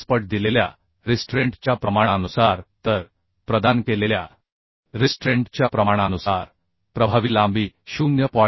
85 पट दिलेल्या रिस्ट्रेंट च्या प्रमाणानुसार तर प्रदान केलेल्या रिस्ट्रेंट च्या प्रमाणानुसार छेदनबिंदूमधील प्रभावी लांबी 0